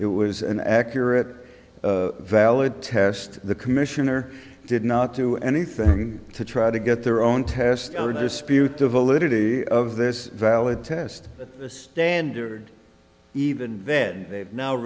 it was an accurate valid test the commissioner did not do anything to try to get their own test or dispute the validity of this valid test standard even then they've now